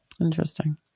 Interesting